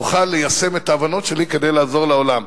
אוכל ליישם את ההבנות שלי כדי לעזור לעולם.